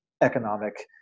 economic